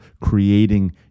creating